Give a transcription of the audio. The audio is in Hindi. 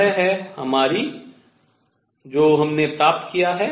वह है हमारी हमने जो प्राप्त किया है